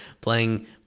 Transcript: playing